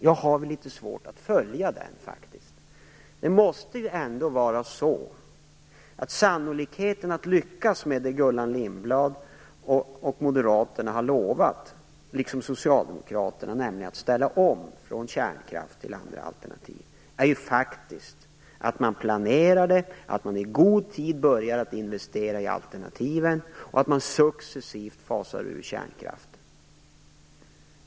Jag har faktiskt litet svårt att följa den. Det måste ju ändå vara så att en förutsättning för att man skall lyckas med det som Gullan Lindblad och Moderaterna, liksom Socialdemokraterna, har lovat, nämligen att ställa om från kärnkraft till andra alternativ, är att man planerar för det, att man i god tid börjar investera i alternativen och att man successivt fasar ut kärnkraften.